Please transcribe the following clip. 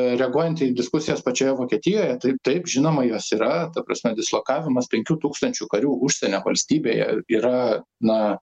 reaguojant į diskusijas pačioje vokietijoje tai taip žinoma jos yra ta prasme dislokavimas penkių tūkstančių karių užsienio valstybėje yra na